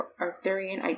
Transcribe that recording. Arthurian